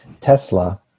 Tesla